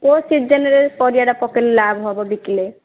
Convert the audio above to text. କେଉଁ ସିଜିନ୍ରେ ପରିବାଟା ପକେଇଲେ ଲାଭ୍ ହେବ ବିକିଲେ